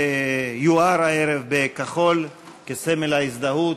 יואר הערב בכחול כסמל הזדהות,